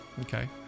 Okay